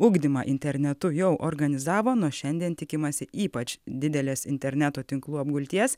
ugdymą internetu jau organizavo nuo šiandien tikimasi ypač didelės interneto tinklų apgulties